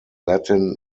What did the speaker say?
latin